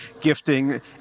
gifting